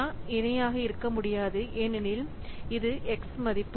நான் இணையாக இருக்க முடியாது ஏனெனில் இது x மதிப்பு